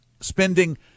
spending